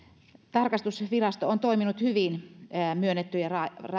tarkastusvirasto on toiminut myönnettyjen